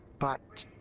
but.